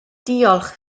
diolch